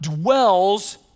dwells